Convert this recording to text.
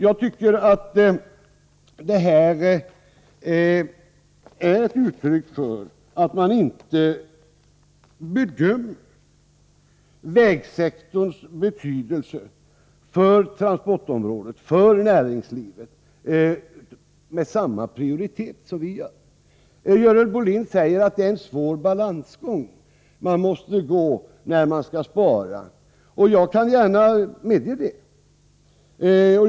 Jag tycker att det här är ett uttryck för att man inte i sin bedömning ger vägsektorns betydelse för transportområdet och för näringslivet samma prioritet som vi gör. Görel Bohlin säger att det är en svår balansgång man måste gå när man skall spara. Jag kan gärna medge det.